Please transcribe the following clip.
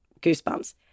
goosebumps